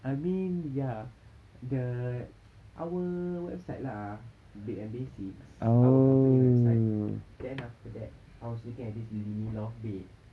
I mean ya the our website lah bedandbasics our company website then after that I was looking at this linie loft bed